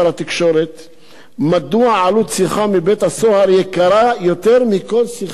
מדוע עלות שיחה מבית-הסוהר גבוהה יותר מעלות כל שיחה אחרת במדינת ישראל,